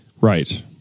Right